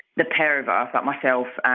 the pair of us but myself,